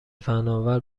فناور